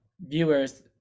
viewers